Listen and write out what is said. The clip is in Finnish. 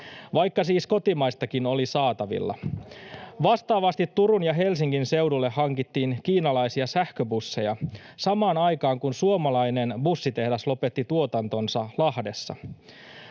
vaikka siis kotimaistakin oli saatavilla. Vastaavasti Turun ja Helsingin seudulle hankittiin kiinalaisia sähköbusseja, samaan aikaan kun suomalainen bussitehdas lopetti tuotantonsa Lahdessa.